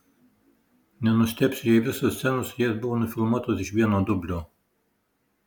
nenustebsiu jei visos scenos su jais buvo nufilmuotos iš vieno dublio